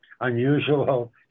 unusual